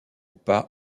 pas